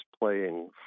playing